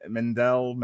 Mendel